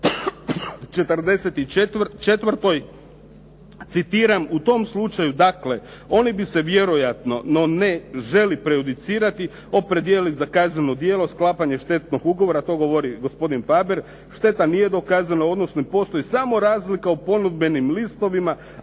44. Citiram, "u tom slučaju dakle oni bi se vjerojatno, no ne želi prejudicirati opredijelili za kazneno djelo sklapanje štednog ugovora, to govori gospodin Faber. Šteta nije dokazana, odnosno postoji samo razlika u ponudbenim listovima,